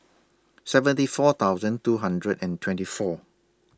seventy four thousand two hundred and twenty four